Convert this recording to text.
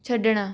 ਛੱਡਣਾ